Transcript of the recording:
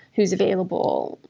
who's available?